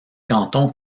cantons